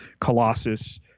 Colossus